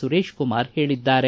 ಸುರೇಶ್ ಕುಮಾರ್ ಹೇಳಿದ್ದಾರೆ